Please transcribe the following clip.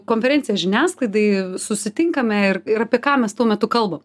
konferencija žiniasklaidai susitinkame ir ir apie ką mes tuo metu kalbam